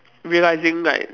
realising like